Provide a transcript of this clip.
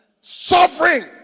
suffering